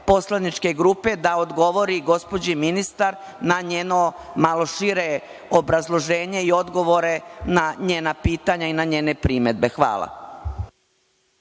poslaničke grupe da odgovori gospođi ministar na njeno malo šire obrazloženje i odgovore na njena pitanja i na njene primedbe. Hvala